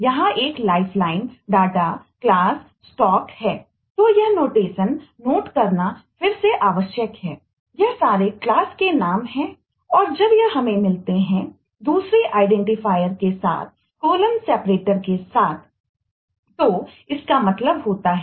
यहां यह लाइफलाइन का होता है